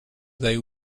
they